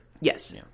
Yes